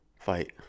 fight